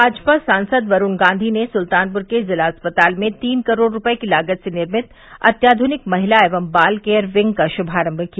भाजपा सांसद वरूण गांधी ने सुल्तानपुर के जिला अस्पताल में तीन करोड़ रूपये की लागत से निर्मित अत्याधुनिक महिला एवं बाल केयर विंग का शुभारम्म किया